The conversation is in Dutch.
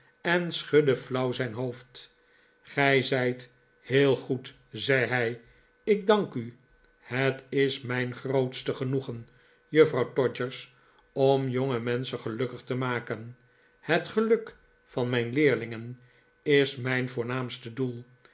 en schudde flauw zijn hoofd gij zijt heel goed zei hij ik dank u het is mijn gfootste genoegen juffrouw todgers om jonge menschen gelukkig te maken het geluk van nnjn leerlingen is mijn voornaamste doel